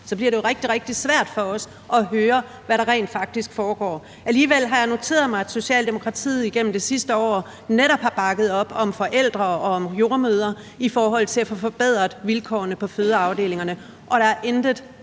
bliver det jo rigtig, rigtig svært for os at høre, hvad der rent faktisk foregår. Alligevel har jeg noteret mig, at Socialdemokratiet igennem det sidste år netop har bakket op om forældre og om jordemødre i forhold til at få forbedret vilkårene på fødeafdelingerne, og der er intet